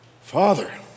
Father